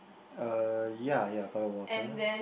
uh ya ya puddle of water